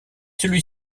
celui